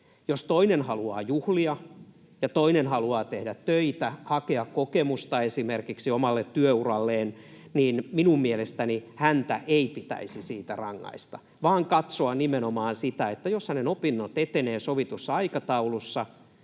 Jos toinen haluaa juhlia ja toinen haluaa tehdä töitä, hakea kokemusta esimerkiksi omalle työuralleen, minun mielestäni häntä ei pitäisi siitä rangaista, vaan katsoa nimenomaan sitä, että jos hänen opintonsa etenevät sovitussa aikataulussa,